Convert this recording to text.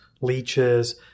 leeches